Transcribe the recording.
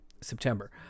september